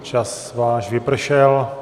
Čas váš vypršel.